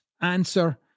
answer